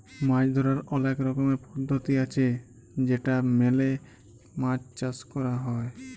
মাছ ধরার অলেক রকমের পদ্ধতি আছে যেটা মেলে মাছ চাষ ক্যর হ্যয়